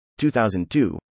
2002